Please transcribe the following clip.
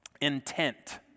intent